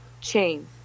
chain